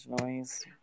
noise